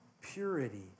purity